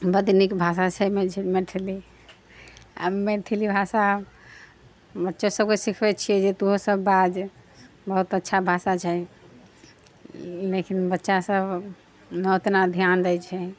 बड्ड नीक भाषा छै मैथिली आओर मैथिली भाषा बच्चो सभके सिखबै छियै जे तोंहूँ सभ बाज बहुत अच्छा भाषा छै लेकिन बच्चा सभ नहि उतना ध्यान दै छै